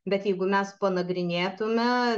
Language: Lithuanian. bet jeigu mes panagrinėtume